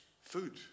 food